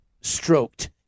stroked